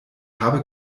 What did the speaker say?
habe